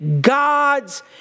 God's